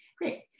great